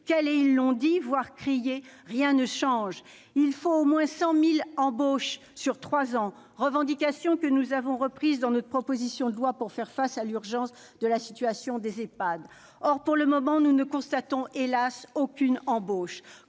qu'ils l'ont dit, qu'ils l'ont crié, rien ne change ! Il faut au moins 100 000 embauches sur trois ans, une revendication que nous avons reprise dans notre proposition de loi pour faire face à l'urgence de la situation des Ehpad. Pour le moment, nous n'en constatons aucune !